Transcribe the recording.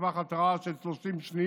טווח התראה של 30 שניות,